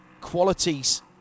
qualities